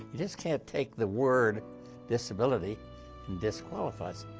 you just can't take the word disability and disqualify so